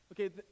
Okay